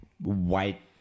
white